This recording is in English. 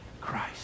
Christ